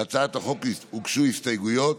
להצעת החוק הוגשו הסתייגויות.